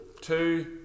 two